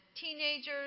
teenagers